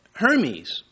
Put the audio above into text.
Hermes